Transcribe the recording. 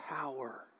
power